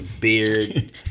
beard